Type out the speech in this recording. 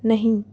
नहीं